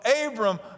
Abram